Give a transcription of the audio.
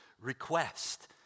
request